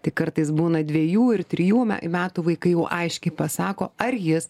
tik kartais būna dviejų ir trijų metų vaikai jau aiškiai pasako ar jis